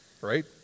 right